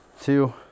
two